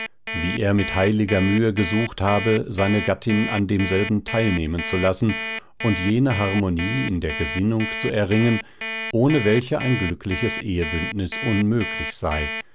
wie er mit heiliger mühe gesucht habe seine gattin an demselben teilnehmen zu lassen und jene harmonie in der gesinnung zu erringen ohne welche ein glückliches ehebündnis unmöglich sei